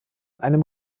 einem